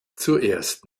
zuerst